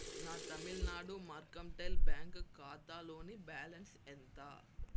నా Tamil Nadu mercantile bank ఖాతాలోని balance ఎంత